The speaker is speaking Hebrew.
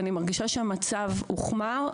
אני מרגישה שהמצב הוחמר.